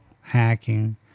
hacking